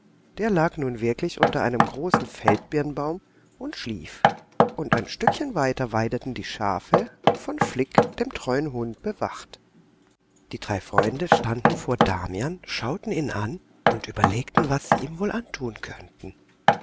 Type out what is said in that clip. der lag nun wirklich unter einem großen feldbirnbaum und schlief und ein stückchen weiter weideten die schafe von flick dem treuen hund bewacht die drei freunde standen vor damian schauten ihn an und überlegten was sie ihm wohl antun könnten